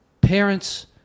Parents